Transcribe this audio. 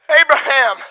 Abraham